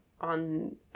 on